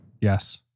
Yes